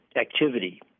activity